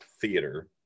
theater